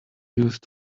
used